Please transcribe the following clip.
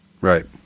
right